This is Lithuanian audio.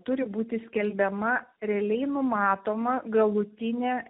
turi būti skelbiama realiai numatoma galutinė